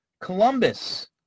Columbus